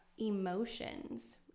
emotions